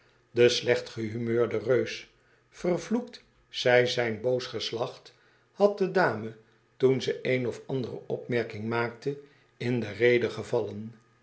de slecht gehumeurde reus vervloekt zij zijn boos geslacht had de dame toen ze een of andere opmerking maakte in de rede gevallen